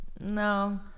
No